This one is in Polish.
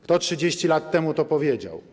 Kto 30 lat temu to powiedział?